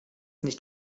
nicht